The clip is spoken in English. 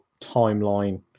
timeline